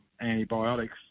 antibiotics